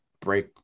break